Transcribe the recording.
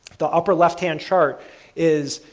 the upper left hand chart is